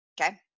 Okay